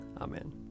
Amen